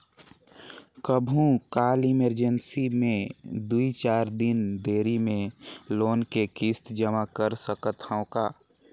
कभू काल इमरजेंसी मे दुई चार दिन देरी मे लोन के किस्त जमा कर सकत हवं का?